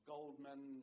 Goldman